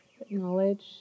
Acknowledge